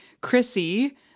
Chrissy